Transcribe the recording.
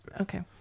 Okay